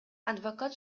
адвокат